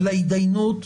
היא אומרת.